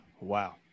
Wow